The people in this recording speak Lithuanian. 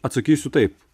atsakysiu taip